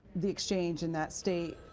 the exchange in that state.